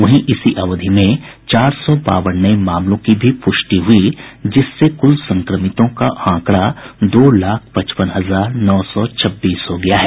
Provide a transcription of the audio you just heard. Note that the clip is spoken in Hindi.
वहीं इसी अवधि में चार सौ बावन नये मामलों की भी पुष्टि हुई जिससे कुल संक्रमितों का आंकड़ा दो लाख पचपन हजार नौ सौ छब्बीस हो गया है